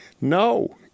no